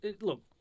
look